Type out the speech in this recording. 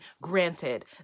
granted